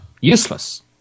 Useless